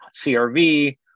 CRV